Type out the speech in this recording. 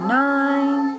nine